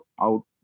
out